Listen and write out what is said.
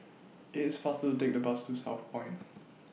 IT IS faster to Take The Bus to Southpoint